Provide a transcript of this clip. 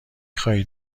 خواهید